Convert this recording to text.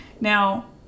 Now